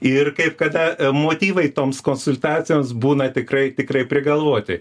ir kaip kada motyvai toms konsultacijoms būna tikrai tikrai prigalvoti